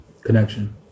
connection